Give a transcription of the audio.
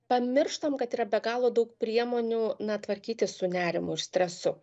pamirštam kad yra be galo daug priemonių na tvarkytis su nerimu ir stresu